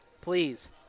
Please